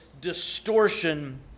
distortion